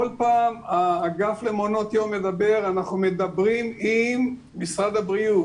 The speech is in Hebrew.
כל פעם האגף למעונות יום מדבר ואומר שאנחנו מדברים עם משרד הבריאות